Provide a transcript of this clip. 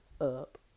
Up